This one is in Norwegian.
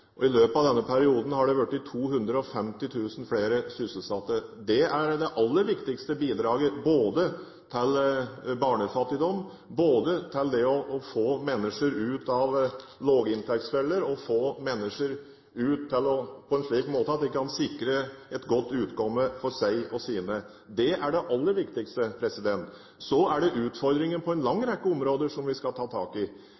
politikken. I løpet av denne perioden har det blitt 250 000 flere sysselsatte. Det aller viktigste bidraget med hensyn til barnefattigdom er å få mennesker ut av lavinntektsfeller, få mennesker ut på en slik måte at de kan sikre seg et godt utkomme for seg og sine. Det er det aller viktigste. Så er det utfordringer på en lang rekke områder som vi skal ta tak i.